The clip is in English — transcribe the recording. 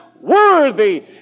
worthy